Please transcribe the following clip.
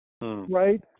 Right